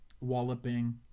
walloping